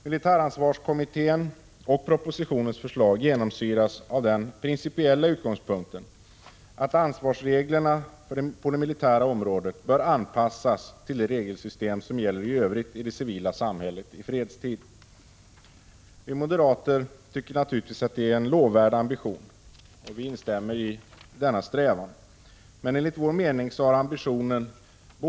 Militäransvarskommitténs förslag och propositionens förslag genomsyras av den principiella utgångspunkten att ansvarsreglerna på det militära området bör anpassas till det regelsystem som gäller i övrigt i det civila samhället i fredstid. Vi moderater tycker naturligtvis att det är en lovvärd ambition, och vi instämmer i denna strävan. Men enligt vår mening har ambitionen både i militäransvarskommitténs Prot.